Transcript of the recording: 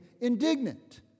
indignant